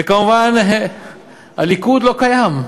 וכמובן הליכוד לא קיים,